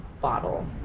bottle